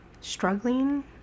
struggling